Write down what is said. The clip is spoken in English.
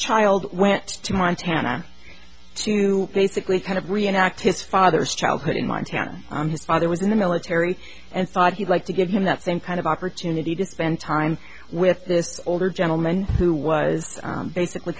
child went to montana to basically kind of reenact his father's childhood in montana his father was in the military and thought he'd like to give him that same kind of opportunity to spend time with this older gentleman who was basically